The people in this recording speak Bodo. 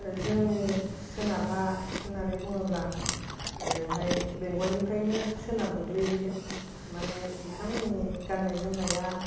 जोंनि सोनाबहा होननानै बुङोब्ला ओजोंहाय बेंगलनिफ्रायनो सोनाब गोग्लैहैयो माने बिथांमोननि गाननाय जोमनाया